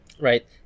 right